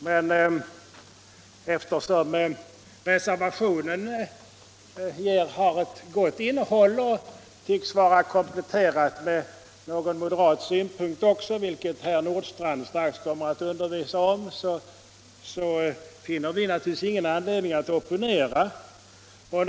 Men eftersom Onsdagen den reservationen har ett gott innehåll och tycks vara kompletterad med någon 19 november 1975 moderat synpunkt också, vilket herr Nordstrandh strax kommer att undervisa om, finner vi naturligtvis ingen anledning att opponera oss.